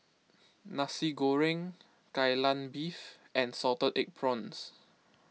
Nasi Goreng Kai Lan Beef and Salted Egg Prawns